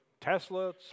Tesla